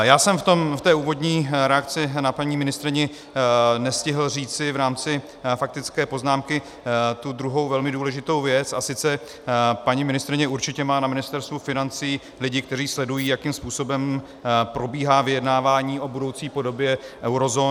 Já jsem v té úvodní reakci na paní ministryni nestihl říci v rámci faktické poznámky tu druhou velmi důležitou věc, a sice paní ministryně určitě má na Ministerstvu financí lidi, kteří sledují, jakým způsobem probíhá vyjednávání o budoucí podobě eurozóny.